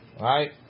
Right